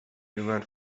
jüngern